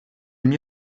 mie